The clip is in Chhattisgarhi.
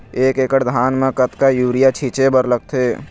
एक एकड़ धान म कतका यूरिया छींचे बर लगथे?